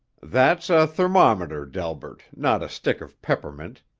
that's a thermometer, delbert, not a stick of peppermint.